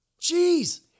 Jeez